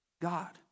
God